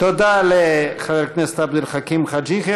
תודה לחבר הכנסת עבד אל חכים חאג' יחיא.